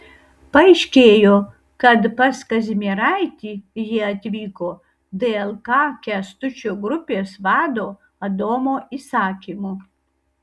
paaiškėjo kad pas kazimieraitį jie atvyko dlk kęstučio grupės vado adomo įsakymu